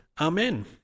Amen